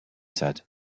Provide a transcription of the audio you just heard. said